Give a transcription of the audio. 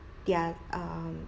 their um